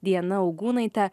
diana augūnaite